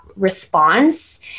response